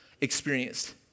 experienced